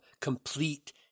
complete